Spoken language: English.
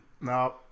No